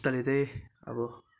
जुत्ताले चाहिँ अब